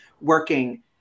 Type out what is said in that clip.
working